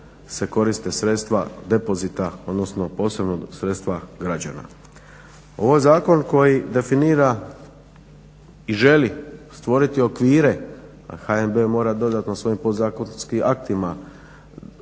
se koriste sredstva depozita odnosno posebnog sredstva građana. Ovo je zakon koji definira i želi stvoriti okvire, a HNB mora dodatno sa svojim podzakonskim aktima